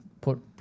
put